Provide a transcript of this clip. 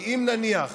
כי אם נניח